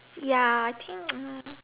ya I think mm